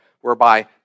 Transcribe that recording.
whereby